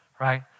right